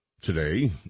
today